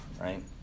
right